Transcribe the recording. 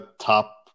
top